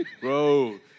bro